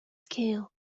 scale